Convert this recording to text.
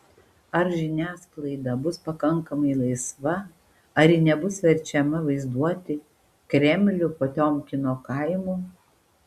ar žiniasklaida bus pakankamai laisva ar ji nebus verčiama vaizduoti kremlių potiomkino kaimu